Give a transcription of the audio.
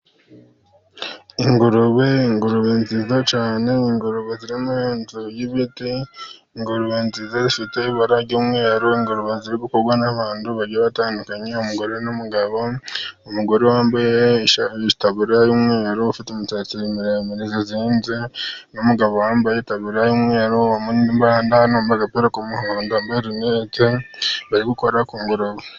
Ingurube, ingurube nziza cyane, ingurube ziri mu nzu y'ibiti, ingurube nziza zifite ibara ry'umweru. Ingurube ziri gukorwaho n'abantu bagiye batandukanye umugore n'umugabo, umugore wambaye itaburiya y'umweru ufite imisatsi miremire izinze, n'umugabo wambaye itaburiya y'umweru umuri n' impande, ufite agapira k'umuhondo wambaye rinete, bari gukora ku ngurube.